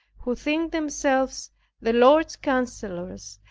who think themselves the lord's counselor's,